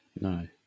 No